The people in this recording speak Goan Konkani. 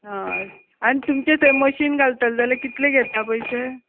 हय आनी तुमचे थंय मशीन घालतले जाल्यार कितले घेता पयशे